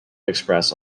express